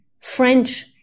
French